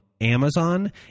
Amazon